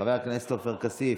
חבר הכנסת עופר כסיף,